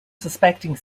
suspecting